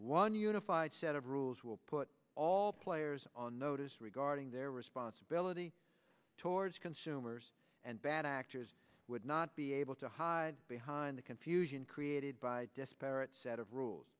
one unified set of rules will put all players on notice regarding their responsibility towards consumers bad actors would not be able to hide behind the confusion created by disparate set of rules